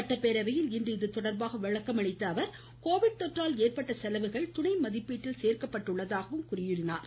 சட்டப்பேரவையில் இதுதொடர்பாக விளக்கம் அளித்த அவர் கோவிட் தொற்றால் ஏற்பட்ட செலவுகள் துணை மதிப்பீட்டில் சேர்க்கப்பட்டுள்ளதாக குறிப்பிட்டார்